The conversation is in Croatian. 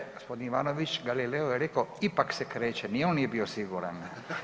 Inače gospodin Ivanović, Galileo je rekao: „Ipak se kreće.“ Ni on nije bio siguran.